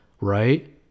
right